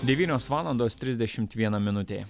devynios valandos trisdešimt viena minutė